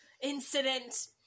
incident